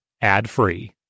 Ad-free